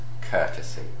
courtesy